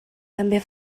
també